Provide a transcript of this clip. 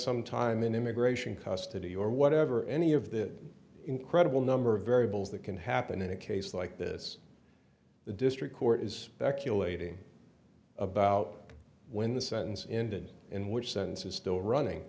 some time in immigration custody or whatever any of that incredible number of variables that can happen in a case like this the district court is speculating about when the sentence in did in which sentence is still running